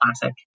classic